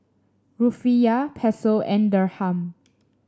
Rufiyaa Peso and Dirham